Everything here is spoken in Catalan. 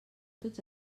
tots